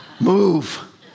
Move